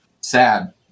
sad